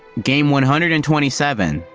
game one hundred and twenty seven,